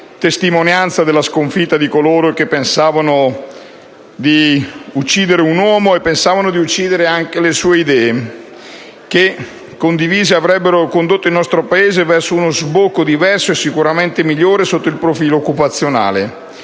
testimonianza della sconfitta di coloro che pensavano di uccidere un uomo e pensavano di uccidere anche le sue idee che, se condivise, avrebbero condotto il nostro Paese verso uno sbocco diverso e sicuramente migliore sotto il profilo occupazionale,